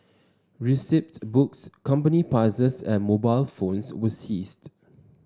receipt books company passes and mobile phones were seized